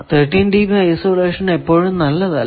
13 dB isolation എപ്പോഴും നല്ലതല്ല